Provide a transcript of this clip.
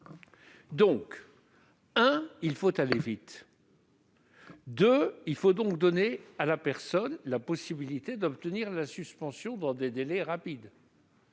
il faut aller vite ; deuxièmement, il faut donc donner à la personne la possibilité d'obtenir la suspension dans des délais rapides